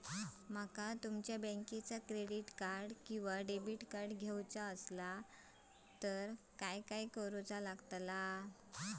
माका तुमच्या बँकेचा क्रेडिट कार्ड किंवा डेबिट कार्ड घेऊचा असल्यास काय करूचा लागताला?